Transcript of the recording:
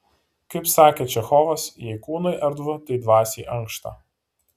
kaip sakė čechovas jei kūnui erdvu tai dvasiai ankšta